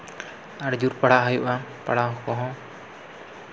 ᱟᱹᱰᱤ ᱡᱳᱨ ᱯᱟᱲᱦᱟᱣ ᱦᱩᱭᱩᱜᱼᱟ ᱯᱟᱲᱦᱟᱣ ᱠᱚᱦᱚᱸ